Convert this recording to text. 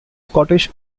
scottish